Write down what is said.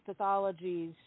pathologies